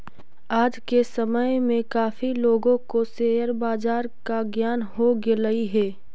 आज के समय में काफी लोगों को शेयर बाजार का ज्ञान हो गेलई हे